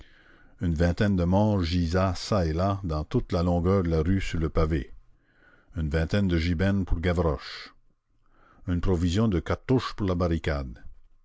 une vingtaine de morts gisaient çà et là dans toute la longueur de la rue sur le pavé une vingtaine de gibernes pour gavroche une provision de cartouches pour la barricade